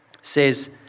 says